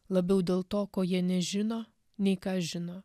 labiau dėl to ko jie nežino nei ką žino